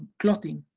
clotting.